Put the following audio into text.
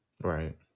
Right